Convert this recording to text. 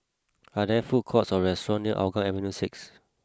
are there food courts or restaurants near Hougang Avenue six